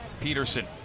peterson